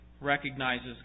recognizes